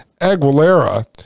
aguilera